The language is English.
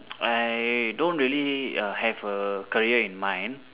I don't really err have a career in mind